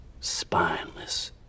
spineless